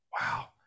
Wow